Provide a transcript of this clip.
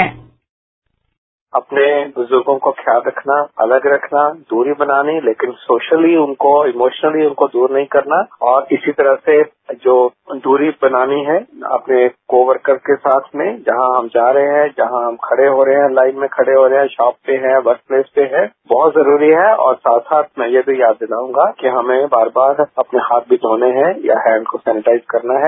sound bite अपने बुजुर्गो का ख्याल रखना अलग रखना दूरी बनानी लेकिन सोशली उनको इमोशनली उनको दूर नहीं करना और इसी तरह से जो दूरी बनानी है अपने को वर्कर के साथ में जहां हम जा रहे हैं जहां हम खड़े हो रहे हैं लाइन में खड़े हो रहे हैं शॉप पर हैं वर्कप्लेस पर हैं बहुत जरूरी है और साथ साथ में ये भी याद दिलाऊंगा कि हमें बार बार अपने हाथ भी धोने हैं या हैंड को सैनेटाइज करना है